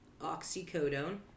oxycodone